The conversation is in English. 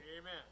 Amen